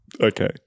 Okay